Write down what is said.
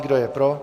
Kdo je pro?